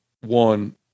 one